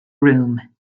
room